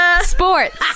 Sports